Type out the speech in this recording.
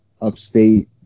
upstate